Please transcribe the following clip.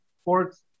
sports